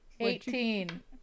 Eighteen